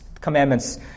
commandments